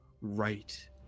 right